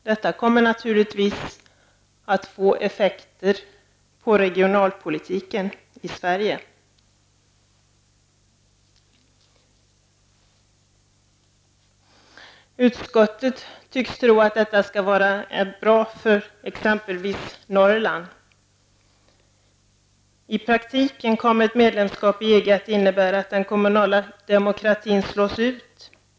Detta kommer naturligtvis att få effekter på regionalpolitiken i Utskottet tycks tro att detta kommer att vara bra för Norrland. I praktiken kommer ett medlemskap i EG att innebära att den kommunala demokratin slås ut.